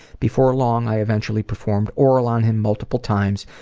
before long, i eventually performed oral on him multiple times,